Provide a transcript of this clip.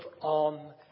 on